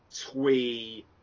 twee